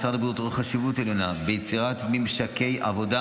משרד הבריאות רואה חשיבות עליונה ביצירת ממשקי עבודה